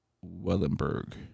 Wellenberg